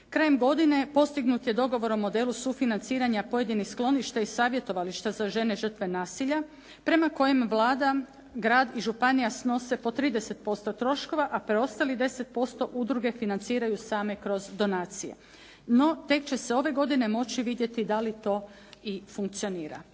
Krajem godine postignut je dogovor o modelu sufinanciranja pojedinih skloništa i savjetovališta za žene žrtve nasilja prema kojem Vlada, grad i županija snose po 30% troškova a preostalih 10% udruge financiraju same kroz donacije. No tek će se ove godine moći vidjeti da li to i funkcionira.